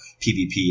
PvP